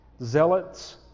Zealots